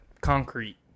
concrete